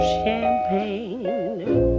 champagne